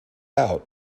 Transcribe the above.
out